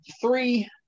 three